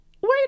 wait